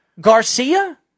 Garcia